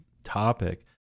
topic